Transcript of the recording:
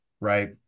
right